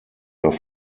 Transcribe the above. auf